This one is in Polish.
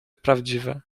prawdziwe